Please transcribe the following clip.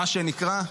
מה שנקרא,